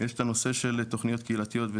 ב' יש את הנושא של תוכניות קהילתיות,